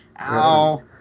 Ow